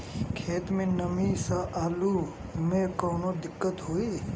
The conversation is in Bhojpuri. खेत मे नमी स आलू मे कऊनो दिक्कत होई?